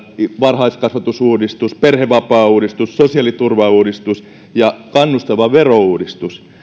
varhaiskasvatusuudistus perhevapaauudistus sosiaaliturvauudistus ja kannustava verouudistus